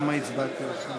סעיפים 9 10, כהצעת הוועדה,